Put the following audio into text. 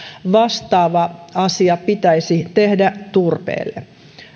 vastaava asia pitäisi tehdä turpeelle